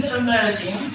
emerging